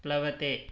प्लवते